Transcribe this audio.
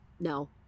No